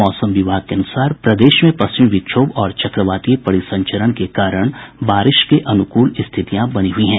मौसम विभाग के अनुसार प्रदेश में पश्चिमी विक्षोभ और चक्रवातीय परिसंचरण के कारण बारिश के अनुकूल स्थितियां बनी हुई हैं